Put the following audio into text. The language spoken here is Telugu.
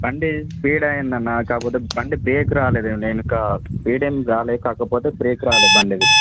బండి స్పీడ్ అయింది అన్న కాకపోతే బండి బ్రేక్ రాలేదు నేను క స్పీడ్ ఏం కాలే కాకపోతే బ్రేక్ రాలేదు బండిది